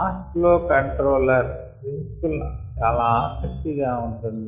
mass flow controller principle చాలా ఆసక్తి గా ఉంటుంది